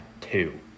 two